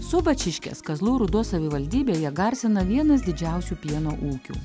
subačiškės kazlų rūdos savivaldybėje garsina vienas didžiausių pieno ūkių